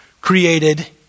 created